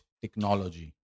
Technology